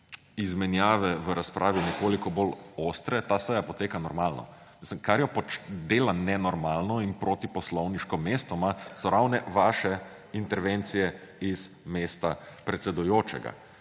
izmenjave v razpravi nekoliko bolj ostre, ta seja poteka normalno. Kar jo dela nenormalno in protiposlovniško mestoma, so ravno vaše intervencije z mesta predsedujočega;